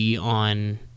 on